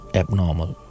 abnormal